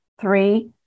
three